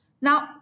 now